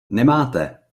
nemáte